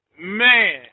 Man